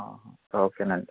ఆహా ఓకే అండి